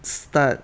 start